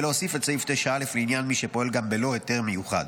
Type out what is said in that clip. ולהוסיף את סעיף 9א לעניין מי שפועל גם בלא היתר מיוחד.